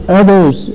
others